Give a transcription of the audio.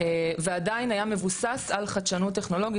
ועדיין היה מבוסס על חדשנות טכנולוגית.